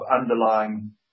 underlying